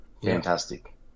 Fantastic